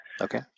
Okay